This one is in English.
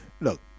look